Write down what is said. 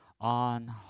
on